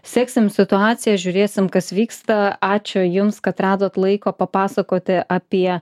seksim situaciją žiūrėsim kas vyksta ačiū jums kad radot laiko papasakoti apie